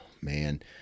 man